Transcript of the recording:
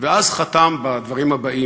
ואז חתם בדברים הבאים,